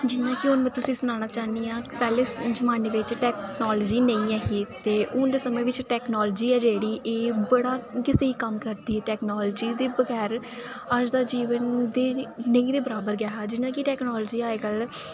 जि'यां कि हून में सनाना चाह्न्नी आं पैह्ले जमाने बिच टैक्नालजी नेईं ऐ ही ते हून दे समें बिच टैक्नालजी ऐ जेह्ड़ी हून बड़ा गै स्हेई कम्म करदी ऐ टैक्नालजी दे बगैर अज्ज दा जीवन नेईं दे बराबर गै हा टैक्नालजी अज्ज कल